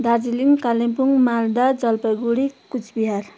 Darjeeling Kalimpong Malda Jalpaiguri Cooch Behar